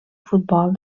futbol